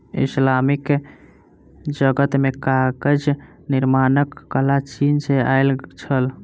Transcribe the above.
Islamic जगत मे कागज निर्माणक कला चीन सॅ आयल छल